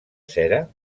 cera